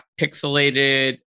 pixelated